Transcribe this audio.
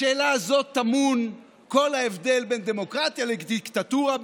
בשאלה הזאת טמון כל ההבדל בין דמוקרטיה לדיקטטורה,